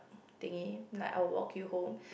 thingy like I'll walk you home